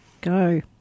Go